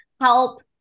help